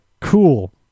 cool